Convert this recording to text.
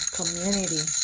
community